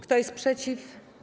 Kto jest przeciw?